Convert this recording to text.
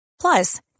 Plus